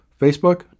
facebook